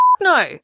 no